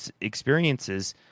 experiences